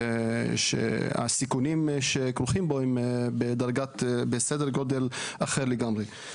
שהסיכונים שכרוכים בהם הם בסדר גודל אחר לגמרי.